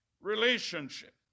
Relationship